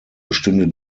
bestünde